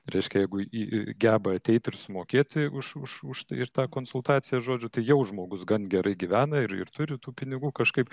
reiškia jeigu į į geba ateiti ir sumokėt už už už tai ir tą konsultaciją žodžiu tai jau žmogus gan gerai gyvena ir ir turi tų pinigų kažkaip